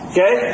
Okay